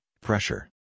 pressure